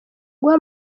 guha